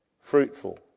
fruitful